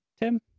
Tim